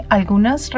algunas